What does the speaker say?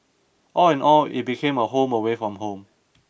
all in all it became a home away from home